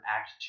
act